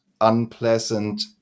unpleasant